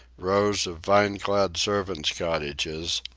rows of vine-clad servants' cottages,